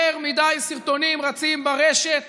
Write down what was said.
יותר מדי סרטונים רצים ברשת